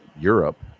europe